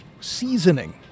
seasoning